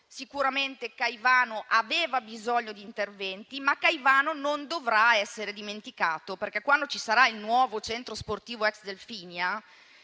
Sicuramente Caivano aveva bisogno di interventi, ma Caivano non dovrà essere dimenticato perché quando ci sarà il nuovo centro sportivo ex Delphinia,